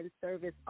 service